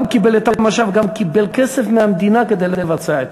גם קיבל את המשאב וגם קיבל כסף מהמדינה כדי לבצע,